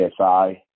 CSI